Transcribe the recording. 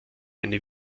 eine